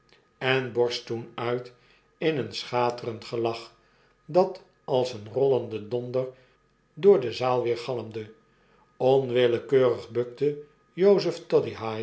en borst toen uit in een schaterend gelach dat als een rollende donder door de zaal weergalmde onwillekeurig bukte jozef